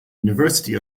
university